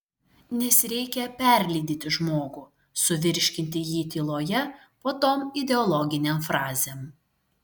nes reikia perlydyti žmogų suvirškinti jį tyloje po tom ideologinėm frazėm